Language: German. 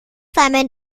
seinem